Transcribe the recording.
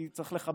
כי צריך לחבר,